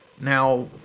Now